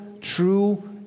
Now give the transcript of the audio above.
true